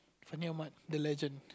Fenueil mart the legend